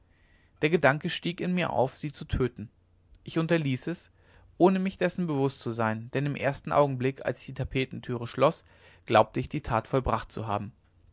der gedanke stieg in mir auf sie zu töten ich unterließ es ohne mich dessen bewußt zu sein denn im ersten augenblick als ich die tapetentüre schloß glaubte ich die tat vollbracht zu haben